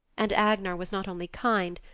and agnar was not only kind,